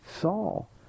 Saul